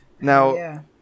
Now